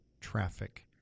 traffic